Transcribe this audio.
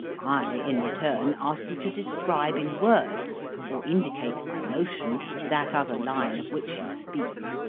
i, in return, ask you to describe in words or indicate by motion that other line of which you speak.